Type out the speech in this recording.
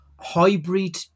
hybrid